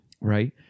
Right